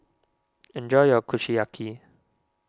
enjoy your Kushiyaki